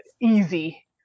easy